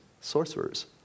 sorcerers